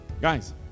Guys